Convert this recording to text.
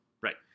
Right